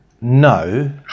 No